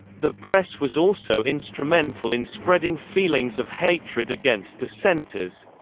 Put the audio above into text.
the press was also instrumental in spreading feelings of hatred against dissenters